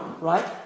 right